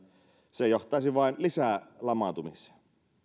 se johtaisi vain lisälamaantumiseen